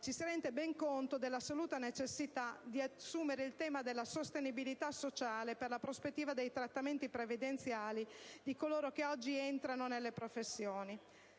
ci si rende ben conto dell'assoluta necessità di assumere il tema della sostenibilità sociale per la prospettiva dei trattamenti previdenziali di coloro che oggi entrano nelle professioni.